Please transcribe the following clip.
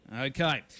Okay